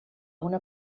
una